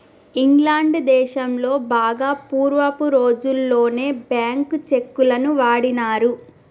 England దేశంలో బాగా పూర్వపు రోజుల్లోనే బ్యేంకు చెక్కులను వాడినారు